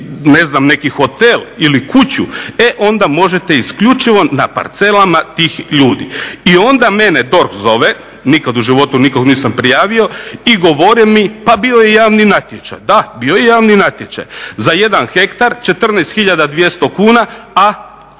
ne znam neki hotel ili kuću e onda možete isključivo na parcelama tih ljudi. I onda mene DORH zove, nikada u životu nikoga nisam prijavio i govori mi pa bio je javni natječaj. Da, bio je javni natječaj za jedan hektar 14 hiljada